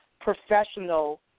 professional